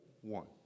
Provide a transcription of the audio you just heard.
one